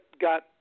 got